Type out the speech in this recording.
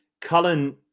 Cullen